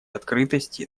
открытости